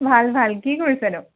ভাল ভাল কি কৰিছেনো